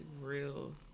real